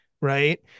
Right